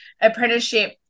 apprenticeship